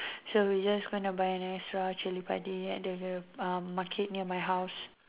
so we just gonna buy a nice round of chili padi at the uh market near my house